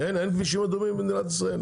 אין כבישים אדומים במדינת ישראל?